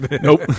Nope